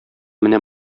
менә